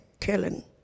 killing